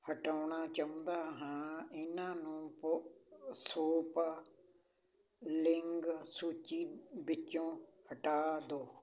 ਹਟਾਉਣਾ ਚਾਹੁੰਦਾ ਹਾਂ ਇਹਨਾਂ ਨੂੰ ਕੋ ਸੋਪਲਿੰਗ ਸੂਚੀ ਵਿੱਚੋਂ ਹਟਾ ਦਿਓ